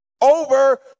over